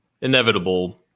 inevitable